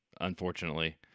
unfortunately